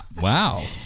Wow